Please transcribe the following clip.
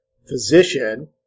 Physician